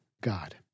God